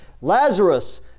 Lazarus